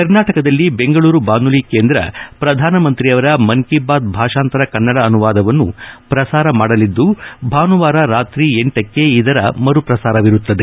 ಕರ್ನಾಟಕದಲ್ಲಿ ಬೆಂಗಳೂರು ಬಾನುಲಿ ಕೇಂದ್ರ ಪ್ರಧಾನಮಂತ್ರಿ ಮನ್ ಕೀ ಬಾತ್ ಭಾಷಾಂತರ ಕನ್ನಡ ಅನುವಾದವನ್ನು ಪ್ರಸಾರ ಮಾಡಲಿದ್ದು ಭಾನುವಾರ ರಾತ್ರಿ ಲಕ್ಕೆ ಇದರ ಮರುಪ್ರಸಾರವಿರುತ್ತದೆ